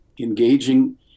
engaging